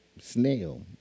Snail